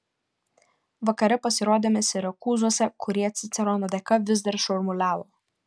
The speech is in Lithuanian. vakare pasirodėme sirakūzuose kurie cicerono dėka vis dar šurmuliavo